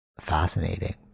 Fascinating